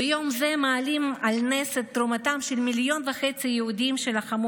ביום זה מעלים על נס את תרומתם של מיליון וחצי יהודים שלחמו